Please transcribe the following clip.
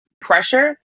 pressure